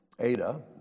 Ada